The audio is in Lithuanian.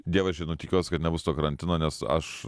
dievaži nu tikiuosi kad nebus to karantino nes aš